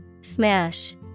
Smash